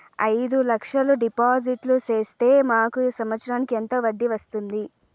అయిదు లక్షలు డిపాజిట్లు సేస్తే మాకు సంవత్సరానికి వడ్డీ ఎంత వస్తుంది?